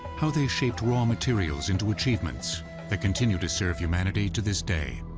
how they shaped raw materials into achievements that continue to serve humanity to this day.